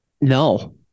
No